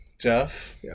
Jeff